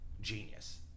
genius